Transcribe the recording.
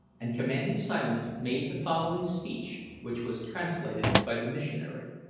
and commanding silence, made the following speech, which was translated by the missionary